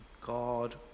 God